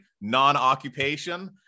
non-occupation